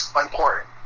important